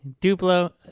Duplo